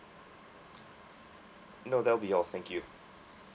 no that'll be all thank you